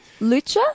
Lucha